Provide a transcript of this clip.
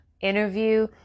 interview